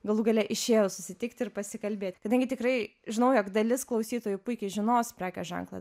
galų gale išėjo susitikti ir pasikalbėt kadangi tikrai žinau jog dalis klausytojų puikiai žinos prekės ženklą